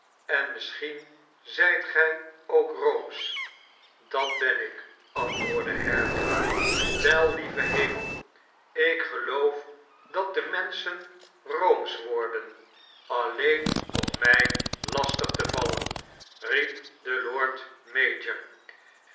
en misschien zijt gij ook roomsch dat ben ik antwoordde haredale wel lieve hemel ik geloof dat de menschen roomsch worden alleen om mij lastig te vallen riep de lord mayor